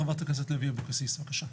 חברת הכנסת לוי אבקסיס, בקשה.